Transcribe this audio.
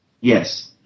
Yes